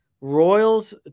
Royals